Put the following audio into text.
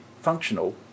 functional